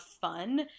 fun